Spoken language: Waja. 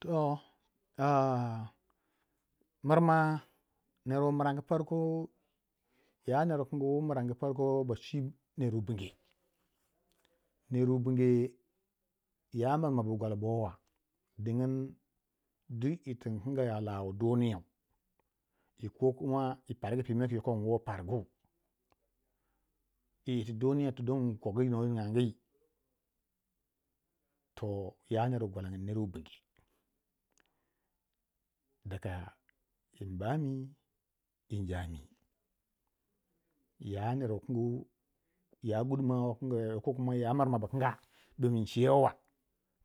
to mirma ner wu mirangi parko, ya neryi mirangu parko ba cwi ner wu binge, ner wu binge ya mirma bu gwala bo wa dingin duk yir tin kinga a la wu duniyau yi kokuma yi pargu pimau ku yoko in wo pargu, yi yirti duniya tu yoko inkogu no ninga gyi toh ya ner wu gwalang ner wu binge daka mbami yi njami ya ner wu kin, ya gudumawa wu kinge ko kuma ya mirma bu kinga bu incewe wa